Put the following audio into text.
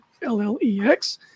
LLEX